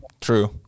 True